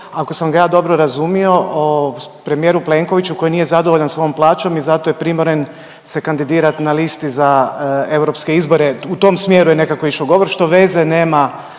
ako sam ga ja dobro razumio o premijeru Plenkoviću koji nije zadovoljan svojom plaćom i zato je primoren se kandidirat na listi za europske izbore. U tom smjeru je nekako išao govor, što veze nema